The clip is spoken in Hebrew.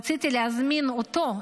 רציתי להזמין אותו,